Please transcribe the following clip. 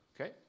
Okay